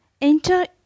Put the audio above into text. enter